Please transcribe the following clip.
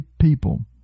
people